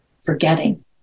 forgetting